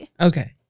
Okay